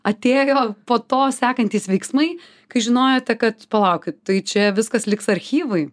atėjo po to sekantys veiksmai kai žinojote kad palaukit tai čia viskas liks archyvui